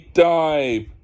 dive